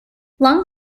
long